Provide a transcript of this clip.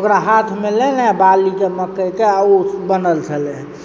ओकरा हाथ मे लयने बाली के मक्कई के अऽ ओ बनल छलै